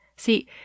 See